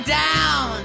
down